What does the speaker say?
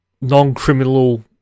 non-criminal